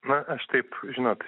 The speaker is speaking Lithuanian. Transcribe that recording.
na aš taip žinot